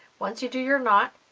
once you do you're not